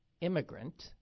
immigrant